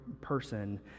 person